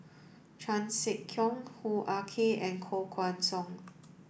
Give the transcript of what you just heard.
Chan Sek Keong Hoo Ah Kay and Koh Guan Song